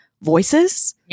voices